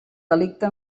delicte